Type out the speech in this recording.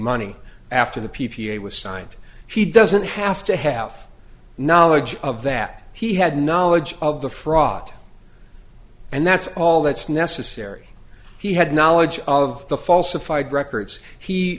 money after the p p a was signed he doesn't have to have knowledge of that he had knowledge of the fraud and that's all that's necessary he had knowledge of the falsified records he